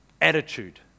attitude